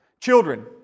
Children